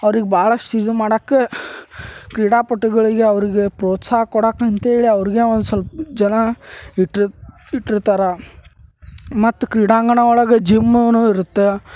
ಅವ್ರಿಗೆ ಭಾಳಷ್ಟು ಇದು ಮಾಡಕ್ಕೆ ಕ್ರೀಡಾಪಟುಗಳಿಗೆ ಅವರಿಗೆ ಪ್ರೋತ್ಸಾಹ ಕೊಡಕ್ಕೆ ಅಂತ್ಹೇಳಿ ಅವ್ರಿಗೆ ಒಂದು ಸೊಲ್ಪ ಜನ ಇಟ್ಟಿರ್ ಇಟ್ಟಿರ್ತಾರೆ ಮತ್ತು ಕ್ರೀಡಾಂಗಣ ಒಳಗ ಜಿಮ್ಮುನು ಇರುತ್ತೆ